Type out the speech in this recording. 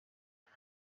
aho